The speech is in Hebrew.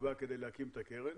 שנקבע כדי להקים את הקרן.